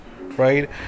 right